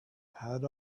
had